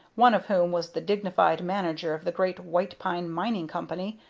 one of whom was the dignified manager of the great white pine mining company,